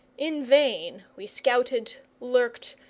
in vain we scouted, lurked,